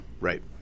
Right